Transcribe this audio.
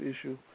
issue